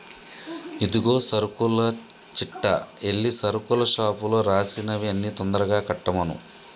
ఇదిగో సరుకుల చిట్టా ఎల్లి సరుకుల షాపులో రాసినవి అన్ని తొందరగా కట్టమను